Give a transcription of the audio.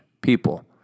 people